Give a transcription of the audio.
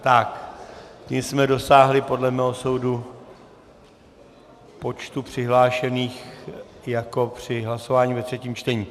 Tím jsme dosáhli podle mého soudu počtu přihlášených téměř jako při hlasování ve třetím čtení.